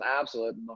absolute